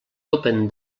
open